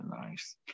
nice